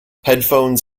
headphones